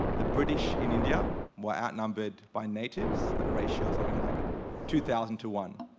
the british in india were outnumbered by natives at a ratio of something like two thousand to one.